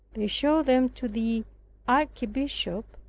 they showed them to the archbishop,